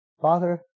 Father